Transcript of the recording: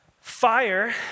Fire